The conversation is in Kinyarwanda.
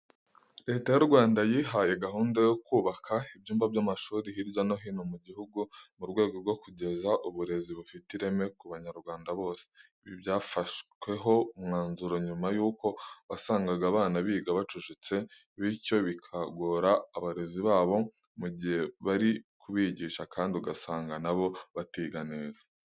Leta y'u Rwanda yihaye gahunda yo kubaka ibyumba by'amashuri hirya no hino mu gihugu mu rwego rwo kugeza uburezi bufite ireme ku banyarwanda bose. Ibi byafashweho umwanzuro nyuma yuko wasangaga abana biga bacucitse, bityo bikagora abarezi babo mu gihe bari kubigisha kandi ugasanga na bo batiga neza.